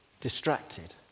distracted